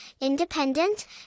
independent